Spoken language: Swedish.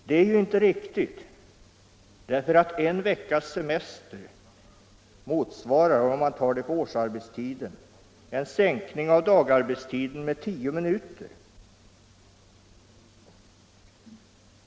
Det är inte riktigt därför att en veckas semester, om man beräknar det på årsarbetstiden, motsvarar en sänkning av dagarbetstiden med tio minuter.